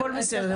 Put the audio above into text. הכול בסדר.